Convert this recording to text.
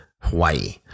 Hawaii